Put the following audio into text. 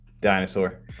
Dinosaur